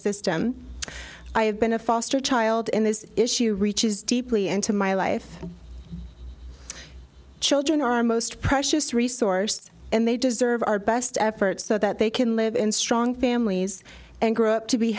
system i have been a foster child in this issue reaches deeply into my life children are most precious resource and they deserve our best efforts so that they can live in strong families and grow up to be